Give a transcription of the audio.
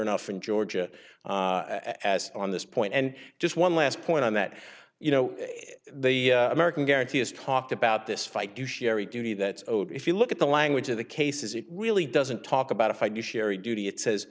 enough in georgia as on this point and just one last point on that you know the american guarantee has talked about this fight do sherry duty that if you look at the language of the cases it really doesn't talk about a fight you sherri duty it says